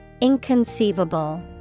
inconceivable